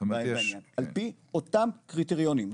על פי אותם קריטריונים,